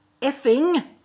effing